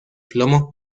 plomo